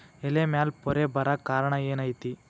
ಎಲೆ ಮ್ಯಾಲ್ ಪೊರೆ ಬರಾಕ್ ಕಾರಣ ಏನು ಐತಿ?